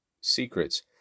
secrets